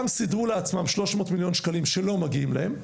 גם סידרו לעצמם 300 מיליון שקלים שלא מגיעים להם,